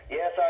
Yes